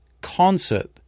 concert